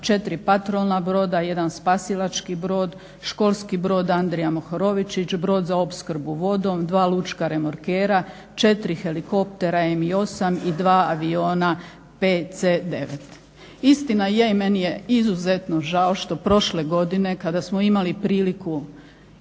4 patrolna broda, 1 spasilački brod, školski brod "Andrija Mohorovičić", brod za opskrbu vodom, 2 lučka remorkera, 4 helikoptera M8 i 2 aviona BC9. Istina je, i meni je izuzetno žao što prošle godine kada smo imali priliku